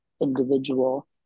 individual